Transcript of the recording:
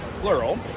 Plural